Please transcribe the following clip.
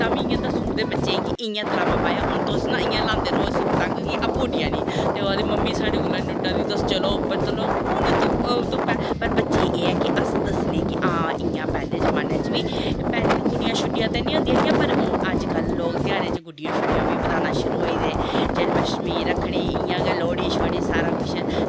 तां बी इयां दस्सी ओड़दे बच्चें गी कि इयां तलामां पाओ दस्सना इयां ल्हांदे रवो पतंग गी अप्पूं उड्डी जानी ते मम्मी साढ़े कोला दा नी उड्डा दी चलो कुन तुप्पै वा बच्चें गी एह् ऐ कि अस बच्चें गी दसने कि इयां पैह्ले जमाने च बी गुड्डियां शुड्डियां ते होंदियां हां पर अज्ज कल ध्योहारें च गुड्डियां शुड्डियां बी बधाना शुरु होई दे जन्माष्टमी गी रक्खड़ी इयां गै लोह्ड़ी सोह्ड़ी सब कुश